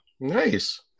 Nice